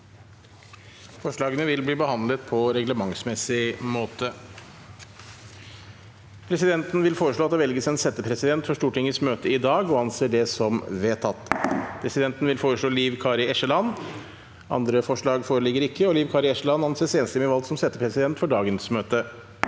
Valg av settepresident Presidenten Presidenten vil foreslå at det velges en settepresident for Stortingets møte i dag – og anser det for vedtatt. Presidenten vil foreslå Liv Kari Eskeland. – Andre forslag foreligger ikke, og Liv Kari Eskeland anses enstemmig valgt som settepresident for dagens møte.